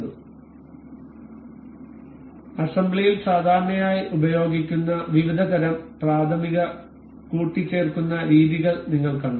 അതിനാൽ അസംബ്ലിയിൽ സാധാരണയായി ഉപയോഗിക്കുന്ന വിവിധതരം പ്രാഥമിക കൂട്ടിച്ചേർക്കുന്ന രീതികൾ നിങ്ങൾ കണ്ടു